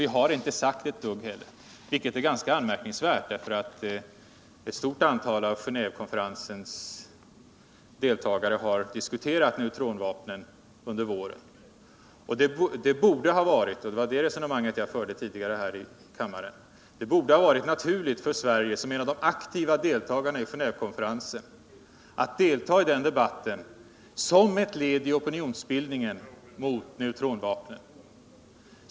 Vi har heller inte sagt ett dugg, vilket är ganska anmärkningsvärt eftersom ett stort antal av Genévekonferensens delagare har diskuterat neutronvapnen under våren. Det borde ha varit — och det var detta resonemang jag förde tidigare i kammaren — naturligt för Sverige, som en av de aktiva deltagarna i Genévekonferensen, att delta i den debatten som ett led i opinionsbildningen mot neutronvapnen.